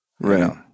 Right